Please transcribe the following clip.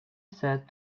sad